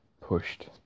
pushed